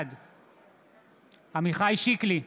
בעד עמיחי שיקלי,